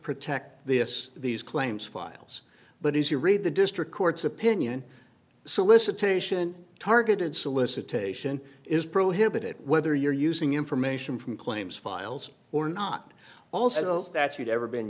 protect this these claims files but if you read the district court's opinion solicitation targeted solicitation is prohibited whether you're using information from claims files or not also that you've ever been